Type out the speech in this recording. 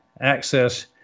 access